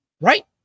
Right